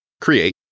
create